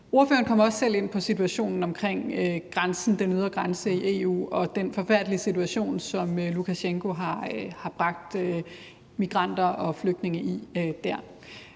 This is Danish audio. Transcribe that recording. Ordføreren kom også selv ind på situationen omkring den ydre grænse i EU og den forfærdelige situation, som Lukasjenko har bragt migranter og flygtninge i der.